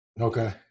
okay